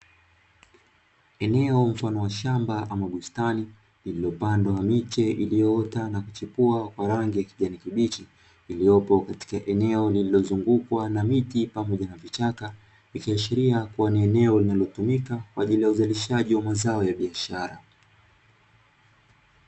Eneo mfano wa shamba ama bustani, lililopandwa miche iliyoota na kuchipua kwa rangi ya kijani kibichi, iliyopo katika eneo lililozungukwa na miti pamoja na vichaka, ikiashiria kuwa ni eneo linalotumika kwa ajili ya uzalishaji wa mazao ya biashara.